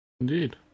Indeed